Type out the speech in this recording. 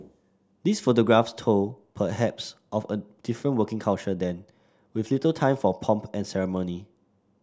these photographs told perhaps of a different working culture then with little time for pomp and ceremony